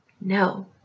no